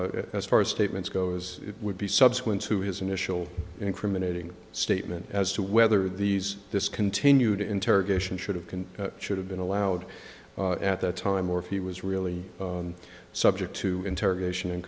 and as far as statements goes it would be subsequent to his initial incriminating statement as to whether these this continued interrogation should have been should have been allowed at that time or if he was really subject to interrogation in